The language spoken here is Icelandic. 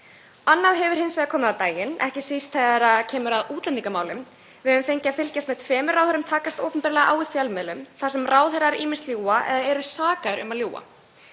Annað hefur hins vegar komið á daginn, ekki síst þegar kemur að útlendingamálum, og við höfum fengið að fylgjast með tveimur ráðherrum takast opinberlega á í fjölmiðlum þar sem ráðherrar ýmist ljúga eða eru sakaðir um að ljúga.